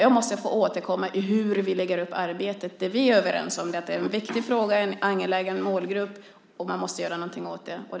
Jag måste få återkomma till hur vi lägger upp arbetet. Det vi är överens om är att det är en viktig fråga, en angelägen målgrupp, och att man måste göra något åt detta.